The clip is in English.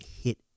hit